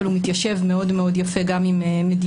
אבל הוא מתיישב מאוד מאוד יפה גם עם מדיניות